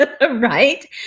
right